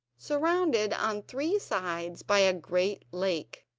surrounded on three sides by a great lake,